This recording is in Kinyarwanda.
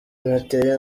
nateye